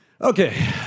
Okay